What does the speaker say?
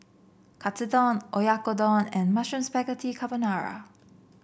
Katsudon Oyakodon and Mushroom Spaghetti Carbonara